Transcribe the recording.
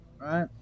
right